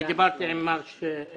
אני דיברתי עם מר שפיגלר,